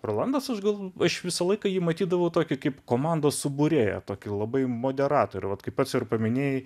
rolandas aš galvo aš visą laiką jį matydavau tokį kaip komandos subūrėją tokį labai moderatorių vat kaip pats ir paminėjai